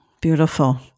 Beautiful